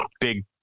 big